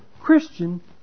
Christian